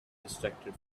distracted